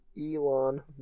Elon